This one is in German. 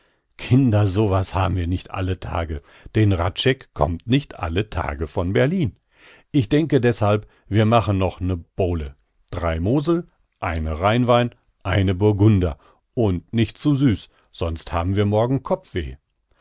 kinder so was haben wir nicht alle tage denn hradscheck kommt nicht alle tage von berlin ich denke deßhalb wir machen noch eine bowle drei mosel eine rheinwein eine burgunder und nicht zu süß sonst haben wir morgen kopfweh